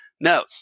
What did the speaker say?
No